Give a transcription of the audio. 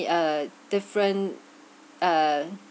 uh different uh